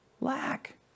lack